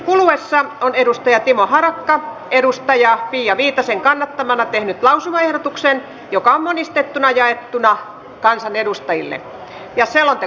keskustelussa on timo harakka pia viitasen kannattamana tehnyt lausumaehdotuksen joka on monistettuna jaettuna kansanedustajille ja sieltä